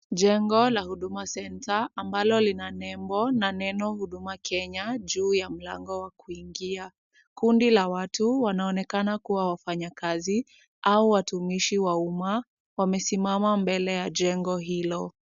Jengo la Huduma Center, ambalo lina nembo na neno Huduma Kenya juu ya mlango wa kuingia. Kundi la watu wanaonekana kuwa wafanyakazi, au watumishi wa umma, wamesimama mbele ya jengo hilo.